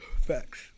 Facts